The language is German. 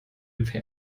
per